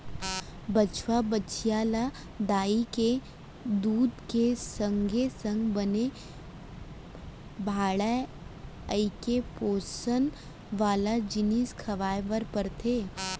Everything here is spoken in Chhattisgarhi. बछवा, बछिया ल दाई के दूद के संगे संग बने बाढ़य कइके पोसन वाला जिनिस खवाए बर परथे